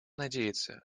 надеяться